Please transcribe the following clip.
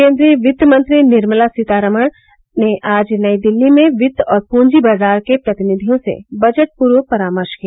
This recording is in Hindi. केन्द्रीय वित्तमंत्री निर्मला सीतारमण ने आज नई दिल्ली में वित्त और पूंजी बाजार के प्रतिनिधियों से बजट पूर्व परामर्श किया